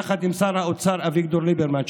יחד עם שר האוצר אביגדור ליברמן,